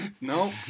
no